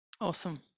awesome